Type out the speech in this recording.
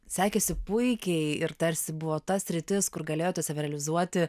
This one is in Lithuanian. sekėsi puikiai ir tarsi buvo ta sritis kur galėjote save realizuoti